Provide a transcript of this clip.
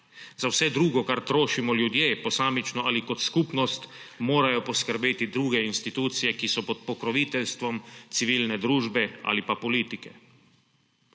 Za vse drugo, kar trošimo ljudje posamično ali kot skupnost, morajo poskrbeti druge institucije, ki so pod pokroviteljstvom civilne družbe ali pa politike.